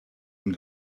and